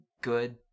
good